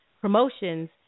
promotions